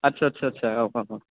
आत्सा सा सा औ